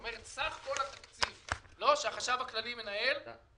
מיקי, מיקי, שנינו מדברים על אותו דבר.